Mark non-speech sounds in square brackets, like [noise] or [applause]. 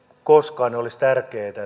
koskaan olisi tärkeätä [unintelligible]